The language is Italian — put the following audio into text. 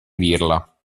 dirla